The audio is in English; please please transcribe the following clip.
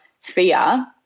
fear